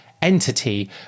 entity